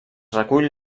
recull